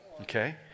okay